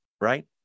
right